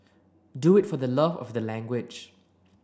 do it for the love of the language